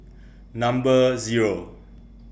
Number Zero